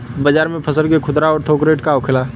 बाजार में फसल के खुदरा और थोक रेट का होखेला?